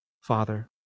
Father